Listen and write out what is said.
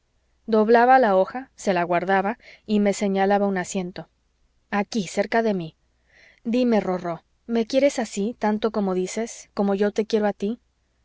doblaba la hoja se la guardaba y me señalaba un asiento aquí cerca de mí dime rorró me quieres así tanto como dices como yo te quiero a tí